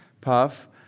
puff